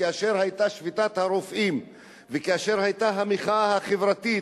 כאשר היתה שביתת הרופאים וכאשר היתה המחאה החברתית,